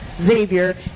Xavier